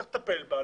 צריך לטפל בה,